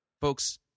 Folks